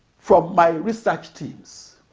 from my research teams.